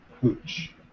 hooch